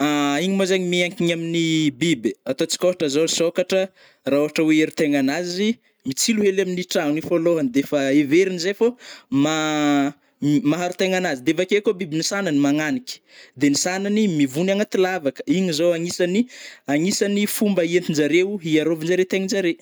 Igny moa zegny miankigny amin'ny biby ai, atôntsika ôhatra zao sôkatra, rah ôtra oe aro tegnanazy, mitsilo hely am tragno i fô lôhagny defa everigny zai fô ma maharo tegnanazy, de avakeo koa biby ny sagnany manangniky de ny sagnany mivogny aganaty lavaka, iny zao agnisany-agnisany fomba entinjareo hiarovanjare tegnanjare.